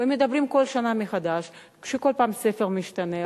ומדברים כל שנה מחדש שכל פעם ספר משתנה,